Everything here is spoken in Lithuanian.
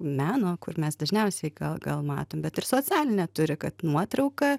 meno kur mes dažniausiai ką gal matom bet ir socialinę turi kad nuotrauka